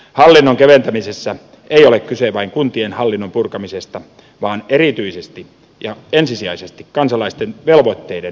hallinnon keventämisessä ei ole kyse vain kuntien hallinnon purkamisesta vaan erityisesti ja ensisijaisesti kansalaisten velvoitteiden vähentämisestä